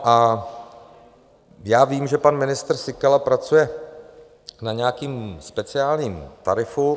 A já vím, že pan ministr Síkela pracuje na nějakém speciálním tarifu.